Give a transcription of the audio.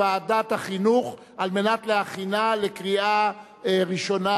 לוועדת החינוך כדי להכינה לקריאה ראשונה.